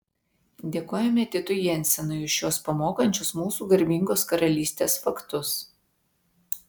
dėkojame titui jensenui už šiuos pamokančius mūsų garbingos karalystės faktus